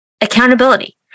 accountability